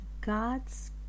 god's